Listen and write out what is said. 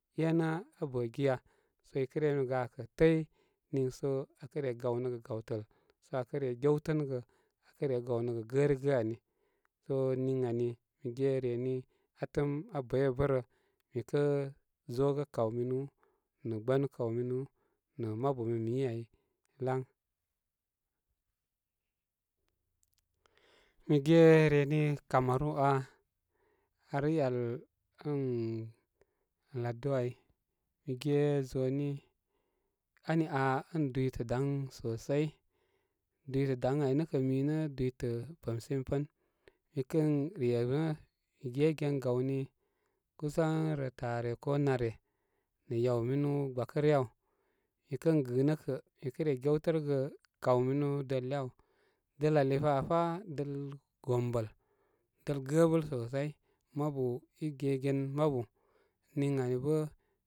E nə' a bə' giya? Sə i kə' re mi gakə təy niisə a kə're nəgə gawtəl sə a re gewtə nə' gə a re gawnəgə gərigə ani sə niy ani, mi ge reni atəm a bəy bə' bə' rə mi kə zo gə kaw minɨ nə gbanu kawminu nə' mabu mi mi ai, dan mi ge re ni camaron aa, ar i yal ən lagdo ai mi ge zoni ani aa dwitə daŋ sosai dwitə daŋ ai nə' kə', mi nə' dwitə bəmsimi pə mikən re nə' mi gegen gawni kusan rə taare ko naare nə' yaw minū gbakə ryə aw mikən gɨ nə' kə' mi kə re gewtə rə gə kawminu dəl iyə aw dəl ali pa fa dəl wombəl, dəl gəəbəl sosai mabu i gegen mubu ninani bə.